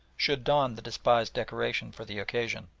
should don the despised decoration for the occasion.